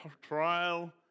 trial